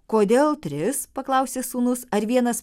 kodėl tris paklausė sūnus ar vienas pa